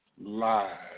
live